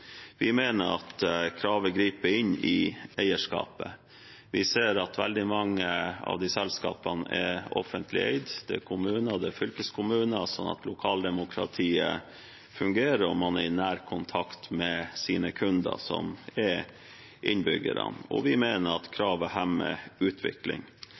Vi mener at kravet griper inn i eierskapet. Vi ser at veldig mange av disse selskapene er offentlig eid. De eies av kommuner og fylkeskommuner, sånn at lokaldemokratiet fungerer, og man er i nær kontakt med sine kunder, som er innbyggerne. Og vi mener at kravet hemmer utvikling.